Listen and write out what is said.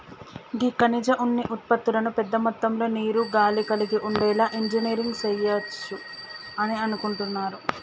గీ ఖనిజ ఉన్ని ఉత్పతులను పెద్ద మొత్తంలో నీరు, గాలి కలిగి ఉండేలా ఇంజనీరింగ్ సెయవచ్చు అని అనుకుంటున్నారు